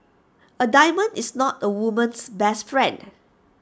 A diamond is not A woman's best friend